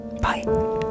Bye